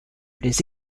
les